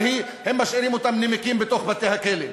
אבל הם משאירים אותם נמקים בתוך בתי-הכלא.